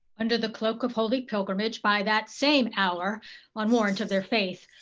under the cloak of holy pilgrimage, by that same hour on warrant of their faith,